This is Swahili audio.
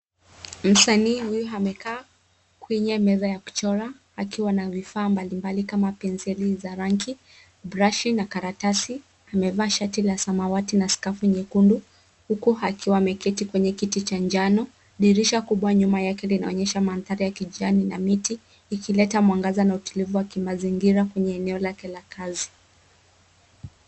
Msanii huyu amekaa kwenye meza ya kuchora, akiwa na vifaa mbalimbali kama penseli za rangi, brashi na karatasi. Amevaa shati la samawati na skafu nyekundu, huku akiwa ameketi kwenye kiti cha njano. Dirisha kubwa nyuma yake linaonyesha mandhari ya kijani na miti, ikileta mwangaza na utulivu wa kimazingira kwenye eneo lake la kazi.